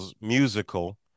musical